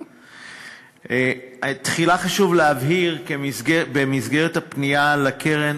1. תחילה חשוב להבהיר כי במסגרת הפנייה לקרן